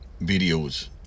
videos